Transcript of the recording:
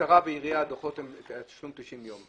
במשטרה ובעירייה ניתן לשלם דוחות תוך 90 ימים.